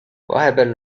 vahepeal